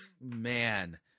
man